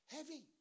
Heavy